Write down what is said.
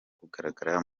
kugaragara